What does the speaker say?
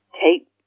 take